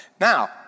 Now